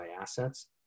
assets